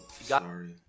Sorry